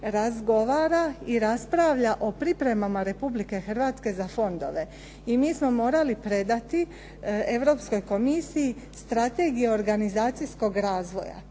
razgovara i raspravlja o pripremama Republike Hrvatske za fondove. I mi smo morali predati Europskoj Komisiji strategiju organizacijskog razvoja.